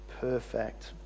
perfect